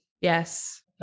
yes